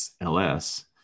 LS